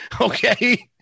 Okay